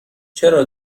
چرا